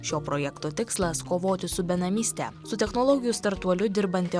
šio projekto tikslas kovoti su benamyste su technologijų startuoliu dirbanti